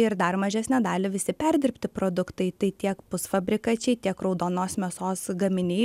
ir dar mažesnę dalį visi perdirbti produktai tai tiek pusfabrikačiai tiek raudonos mėsos gaminiai